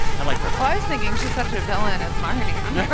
i like her i was thinking she's such a villain as marnie on